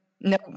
no